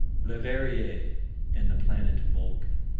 leverrier and the planet vulcan.